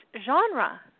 genre